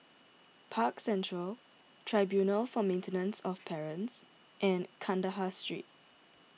Park Central Tribunal for Maintenance of Parents and Kandahar Street